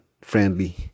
friendly